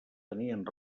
tenien